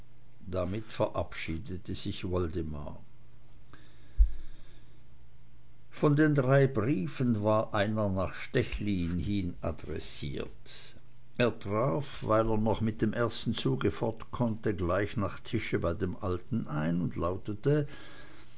damit verabschiedete sich woldemar von den drei briefen war einer nach stechlin hin adressiert er traf weil er noch mit dem ersten zuge fort konnte gleich nach tisch bei dem alten ein und lautete